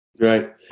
Right